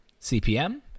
CPM